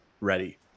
ready